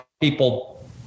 people